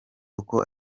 uko